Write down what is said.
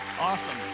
awesome